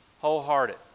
wholehearted